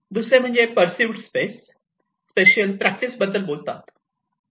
दुसरे म्हणजे perceived space spatial practice बद्दल बोलतात